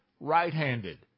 right-handed